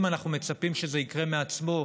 אם אנחנו מצפים שזה יקרה מעצמו,